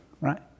right